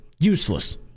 useless